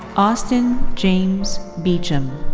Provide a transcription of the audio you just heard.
austin james beacham,